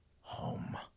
home